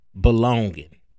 belonging